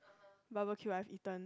barbeque I have eaten